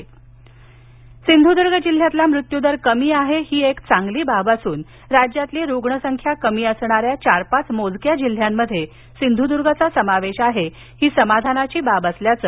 यडावकर सिंधदर्ग सिंधुर्द्ग जिल्ह्यातला मृत्यू दर कमी आहे ही एक चांगली बाब असून राज्यातली रुग्ण संख्या कमी असणाऱ्या चार पाच जिल्ह्यांमध्ये सिंधुद्गचा समावेश आहे ही समाधानाची बाब असल्याचं